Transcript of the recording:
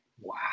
Wow